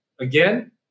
again